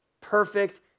perfect